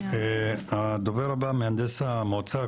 הדובר הבא, מהנדס המועצה.